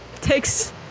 takes